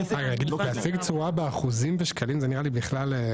להציג תשואה באחוזים ושקלים זה נראה לי בכלל,